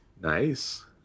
Nice